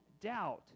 doubt